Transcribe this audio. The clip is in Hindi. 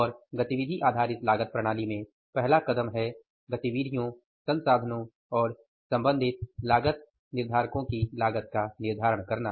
और गतिविधि आधारित लागत प्रणाली में पहला कदम है गतिविधियों संसाधनों और संबंधित लागत निर्धारकों की लागत का निर्धारण करना